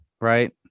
right